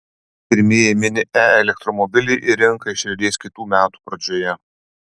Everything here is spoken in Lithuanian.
pirmieji mini e elektromobiliai į rinką išriedės kitų metų pradžioje